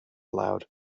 aloud